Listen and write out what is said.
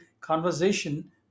conversation